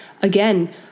again